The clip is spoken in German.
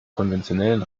konventionellen